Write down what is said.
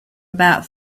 about